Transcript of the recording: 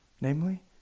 namely